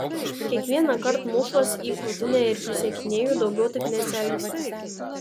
kiekvienąkart mušuos į krūtinę ir prisiekinėju daugiau taip nesielgsiąs